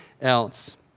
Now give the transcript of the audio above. else